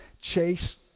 Chase